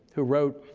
who wrote,